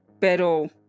Pero